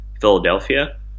Philadelphia